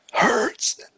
Hurts